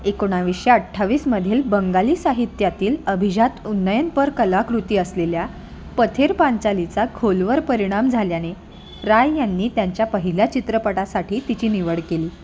एकोणवीसशे अठ्ठावीसमधील बंगाली साहित्यातील अभिजात उन्नयनपर कलाकृती असलेल्या पथेरपांचालीचा खोलवर परिणाम झाल्याने राय यांनी त्यांच्या पहिल्या चित्रपटासाठी तिची निवड केली